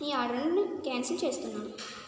ఈ ఆర్డర్ని క్యాన్సల్ చేస్తున్నాను